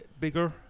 bigger